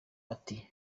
ati